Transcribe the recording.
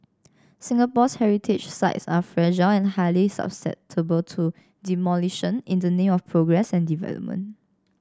Singapore's heritage sites are fragile and highly susceptible to demolition in the name of progress and development